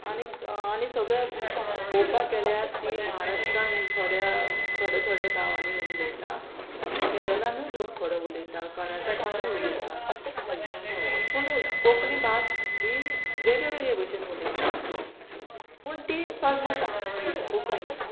आनीक आनी सगळें पळोवपाक गेल्यार ती महाराष्ट्रान थोड्या थोड्या थोड्या गांवांनी उलयता केरलानूय लोक थोडे उलयता कर्नाटकानूय उलयता पूण कोंकणी भास ही वेगळे वेगळे भशेन उलयता पूण ती स्वाजमता कोंकणी म्हणून